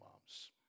moms